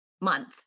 month